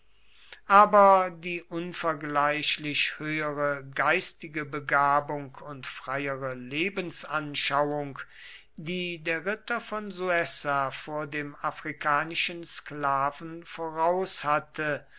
aber die unvergleichlich höhere geistige begabung und freiere lebensanschauung die der ritter von suessa vor dem afrikanischen sklaven voraus hatte